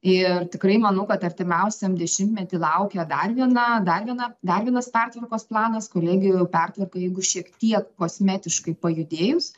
ir tikrai manau kad artimiausiam dešimtmety laukia dar viena dar viena dar vienas pertvarkos planas kolegijų pertvarkai jeigu šiek tiek kosmetiškai pajudėjus